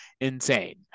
insane